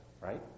right